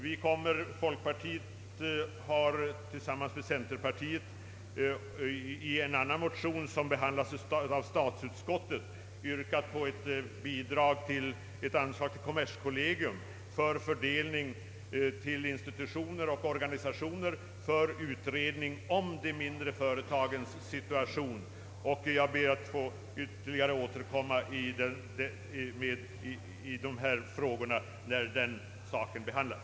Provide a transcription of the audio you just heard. Företrädare för folkpartiet och centerpartiet har i en annan motion, som behandlas av statsutskottet, yrkat på att det skulle anvisas ett anslag till kommerskollegium för fördelning till institutioner och organisationer när det gäller utredning om de mindre företa gens situation. Jag ber att få återkomma när denna fråga skall behandlas.